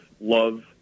love